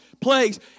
plagues